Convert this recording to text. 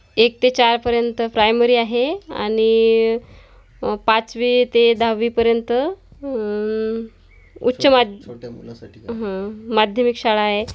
एक ते चारपर्यंत प्रायमरी आहे आणि पाचवी ते दहावीपर्यंत उच्च माध्यमिक शाळा आहे